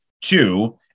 two